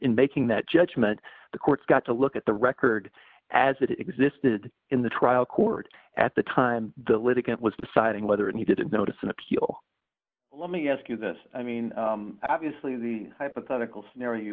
in making that judgment the court's got to look at the record as it existed in the trial court at the time the litigant was deciding whether and he didn't notice an appeal let me ask you this i mean obviously the hypothetical scenario